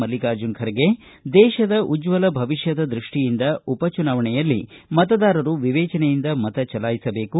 ಮಲ್ಲಿಕಾರ್ಜುನ ಖರ್ಗೆ ಮಾತನಾಡಿ ದೇಶದ ಉಜ್ವಲ ಭವಿಷ್ಕದ ದೃಷ್ಟಿಯಿಂದ ಉಪ ಚುನಾವಣೆಯಲ್ಲಿ ಮತದಾರರು ವಿವೇಚನೆಯಿಂದ ಮತ ಚಲಾಯಿಸಬೇಕು